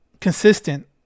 consistent